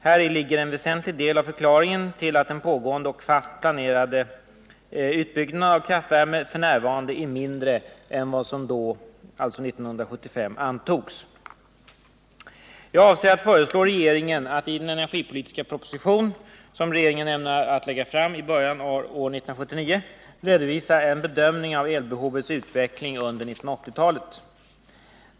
Häri ligger en väsentlig del av förklaringen till att den pågående och fast planerade utbyggnaden av kraftvärme f. n. är mindre än som då antogs. Jag avser att föreslå regeringen att i den energipolitiska proposition som regeringen ämnar att lägga fram i början av år 1979 redovisa en bedömning av elbehovets utveckling under 1980-talet.